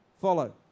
follow